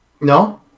No